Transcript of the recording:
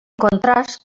contrast